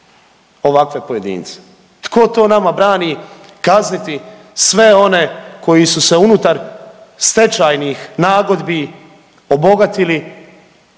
ovakve pojedince? Tko to nama brani kazniti sve one koji su se unutar stečajnih nagodbi obogatili?